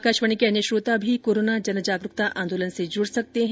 आकाशवाणी के अन्य श्रोता भी कोरोना जनजागरुकता आंदोलन से जुड सकते हैं